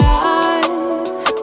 life